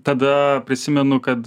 tada prisimenu kad